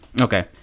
Okay